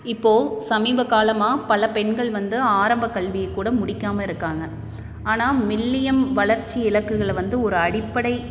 இப்போது சமீபகாலமாக பல பெண்கள் வந்து ஆரம்பக் கல்வியை கூட முடிக்காமல் இருக்காங்க ஆனால் மில்லியம் வளர்ச்சி இலக்குகளை வந்து ஒரு அடிப்படை